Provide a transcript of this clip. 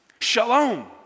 Shalom